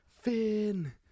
Finn